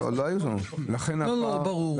ברור.